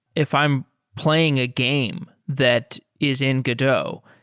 if i'm playing a game that is in godot,